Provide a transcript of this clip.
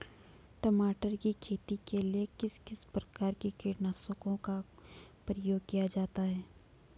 टमाटर की खेती के लिए किस किस प्रकार के कीटनाशकों का प्रयोग किया जाता है?